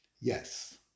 Yes